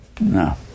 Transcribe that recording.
No